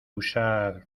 usar